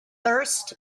thirst